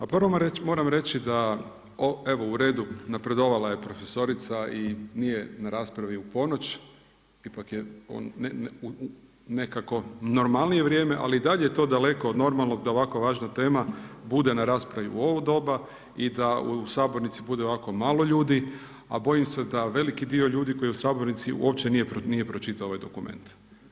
A prvo moram reći da evo u redu napredovala je profesorica i nije na raspravi u ponoć, ipak je u nekako normalnije vrijeme, ali i dalje je to daleko od normalnog da ovako važna tema bude na raspravi u ovo doba i da u sabornici bude ovako malo ljudi a bojim se da veliki dio ljudi koji je u sabornici uopće nije pročitao ovaj dokument.